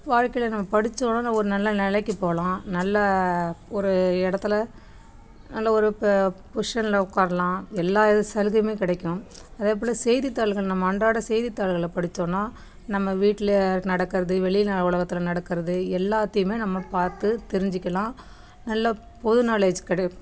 வாழ்க்கையில் நம்ம படித்தவுடனே ஒரு நல்ல நிலைக்கு போகலாம் நல்ல ஒரு இடத்துல நல்ல ஒரு ப பொஷிஷனில் உக்கார்லாம் எல்லா இது சலுகையுமே கிடைக்கும் அதே போல் செய்தித்தாள்கள் நம்ம அன்றாட செய்தித்தாள்களை படித்தோன்னால் நம்ம வீட்டில் நடக்கிறது வெளியில் உலகத்தில் நடக்கிறது எல்லாத்தையுமே நம்ம பார்த்து தெரிஞ்சுக்கலாம் நல்ல பொது நாலேஜ் கிடைக்கும்